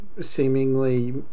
seemingly